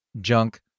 junk